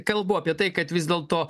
kalbu apie tai kad vis dėlto